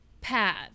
pad